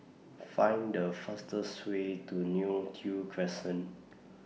Find The fastest Way to Neo Tiew Crescent